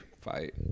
fight